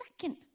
second